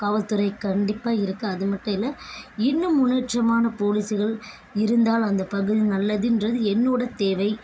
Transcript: காவல்துறைக்கு கண்டிப்பாக இருக்குது அதுமட்டும் இல்லை இன்னும் முன்னேற்றமான போலீஸுகள் இருந்தால் அந்த பகுதி நல்லதுன்றது என்னோடய தேவை